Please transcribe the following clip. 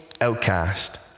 outcast